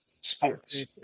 sports